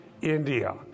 India